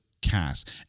cast